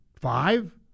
five